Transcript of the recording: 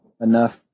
enough